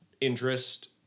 interest